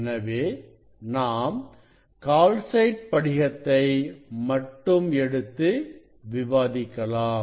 எனவே நாம் கால்சைட் படிகத்தை மட்டும் எடுத்து விவாதிக்கலாம்